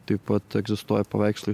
taip pat egzistuoja paveikslai